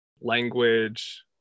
language